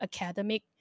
academic